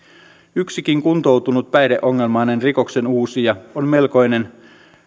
yksikin kuntoutunut päihdeongelmainen rikoksenuusija on melkoinen